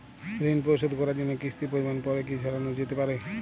ঋন পরিশোধ করার জন্য কিসতির পরিমান পরে কি বারানো যেতে পারে?